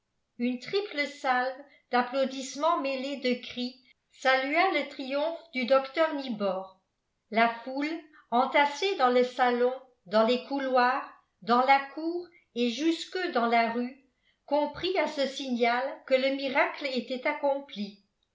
une triple salve d'applaudissements mêlés de cris salua le triomphe du docteur nibor la foule entassée dans le salon dans les couloirs dans la cour et jusque dans la rue comprit à ce signal que le miracle était accompli